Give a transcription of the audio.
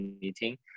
meeting